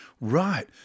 Right